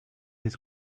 his